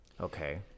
Okay